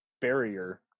barrier